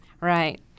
Right